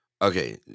Okay